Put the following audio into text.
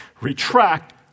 retract